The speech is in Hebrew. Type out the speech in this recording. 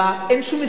אין שום הסדר.